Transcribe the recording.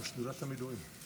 לא, המילואים.